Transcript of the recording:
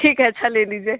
ठीक है अच्छा ले लीजिए